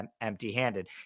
empty-handed